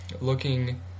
looking